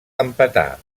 empatar